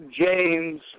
James